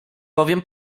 bowiem